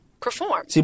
perform